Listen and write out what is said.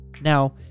Now